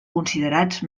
considerats